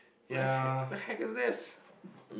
my the heck is this